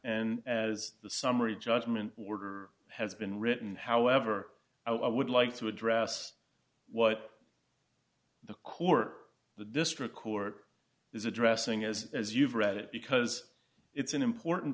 and as the summary judgment order has been written however i would like to address what the core the district court is addressing as as you've read it because it's an important